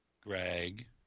Greg